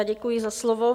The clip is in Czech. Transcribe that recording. Děkuji za slovo.